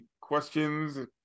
questions